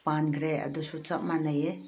ꯄꯥꯟꯈ꯭ꯔꯦ ꯑꯗꯨꯁꯨ ꯆꯞ ꯃꯥꯟꯅꯩꯌꯦ